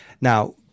Now